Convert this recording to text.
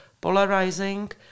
Polarizing